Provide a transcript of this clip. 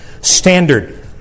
standard